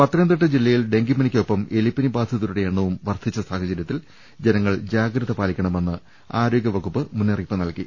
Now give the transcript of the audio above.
പത്തനംതിട്ട ജില്ലയിൽ ഡെങ്കിപ്പനിക്കൊപ്പം എലിപ്പനി ബാധിതരുടെ എണ്ണവും വർദ്ധിച്ച സാഹചര്യത്തിൽ ജന ങ്ങൾ ജാഗ്രത പാലിക്കണമെന്ന് ആരോഗ്യവകുപ്പ്പ് മുന്നറി യിപ്പ് നൽകി